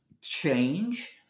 change